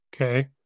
Okay